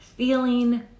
feeling